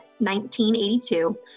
1982